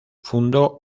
fundó